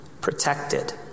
protected